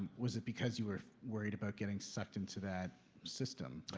was it because you were worried about getting sucked into that system?